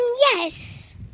yes